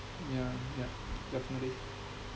yeah yup definitely